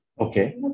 Okay